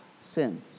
sins